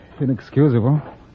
inexcusable